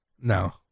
No